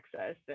access